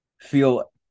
feel